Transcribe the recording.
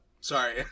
Sorry